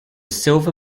silver